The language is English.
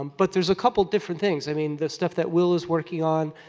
um but, there's a couple different things. i mean, the stuff that will is working on,